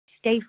stay